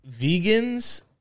Vegans